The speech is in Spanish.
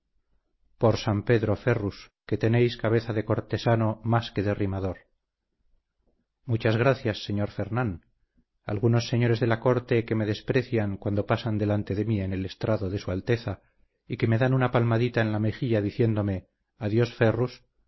por san pedro ferrus que tenéis cabeza de cortesano más que de rimador muchas gracias señor fernán algunos señores de la corte que me desprecian cuando pasan delante de mí en el estrado de su alteza y que me dan una palmadita en la mejilla diciéndome adiós ferrus